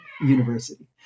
university